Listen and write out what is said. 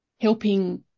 helping